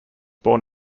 born